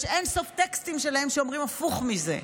יש אין-סוף טקסטים שלהם שאומרים הפוך מזה.